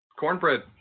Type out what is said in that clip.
Cornbread